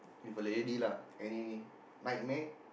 with a lady lah any nightmare